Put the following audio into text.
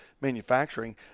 manufacturing